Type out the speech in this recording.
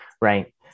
Right